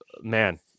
man